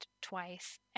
twice